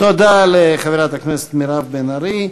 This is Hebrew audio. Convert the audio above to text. תודה לחברת הכנסת מירב בן ארי.